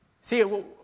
See